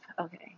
okay